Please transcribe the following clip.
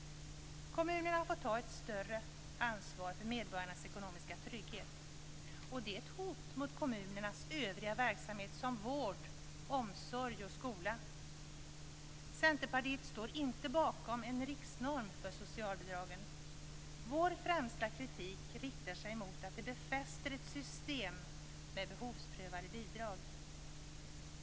Kommunerna har fått ta ett större ansvar för medborgarnas ekonomiska trygghet. Det är ett hot mot kommunernas övriga verksamhet som vård, omsorg och skola. Centerpartiet står inte bakom en riksnorm för socialbidragen. Vår främsta kritik riktar sig mot att det befäster ett system med behovsprövade bidrag.